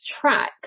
track